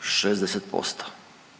60%.